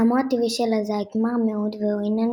טעמו הטבעי של הזית מר מאוד והוא איננו